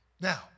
Now